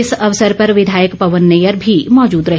इस अवसर पर विधायक पवन नैयर भी मौजूद रहे